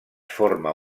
forma